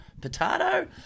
Potato